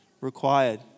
required